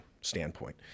standpoint